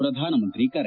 ಪ್ರಧಾನಮಂತ್ರಿ ಕರೆ